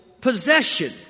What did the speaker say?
possession